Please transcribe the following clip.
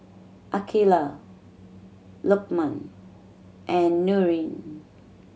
Aqilah Lokman and Nurin